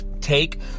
take